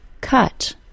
Cut